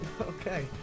Okay